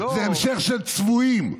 זה המשך של צבועים.